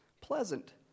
pleasant